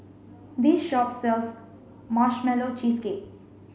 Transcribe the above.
this shop sells marshmallow cheesecake